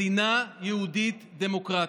מדינה יהודית-דמוקרטית.